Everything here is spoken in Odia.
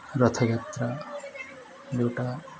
ରଥଯାତ୍ରା ଯେଉଁଟା